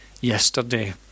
yesterday